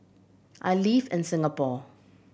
I live in Singapore